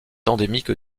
endémique